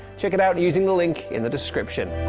check it out using the link in the description.